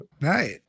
Right